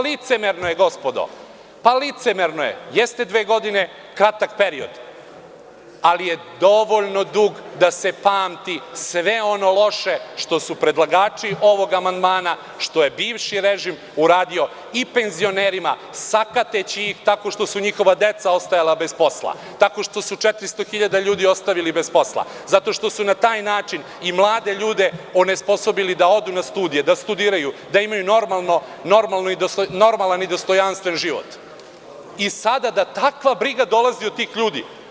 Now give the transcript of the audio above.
Licemerno je, gospodo, jeste dve godine kratak period, ali je dovoljno dug da se pamti sve ono loše što su predlagači ovog amandmana, što je bivši režim uradio i penzionerima, sakateći ih tako što su njihova deca ostajala bez posla, tako što su 400.000 ljudi ostavili bez posla, zato što su na taj način i mlade ljude onesposobili da odu na studije, da studiraju, da imaju normalan i dostojanstven život i sada da takva briga dolazi od tih ljudi?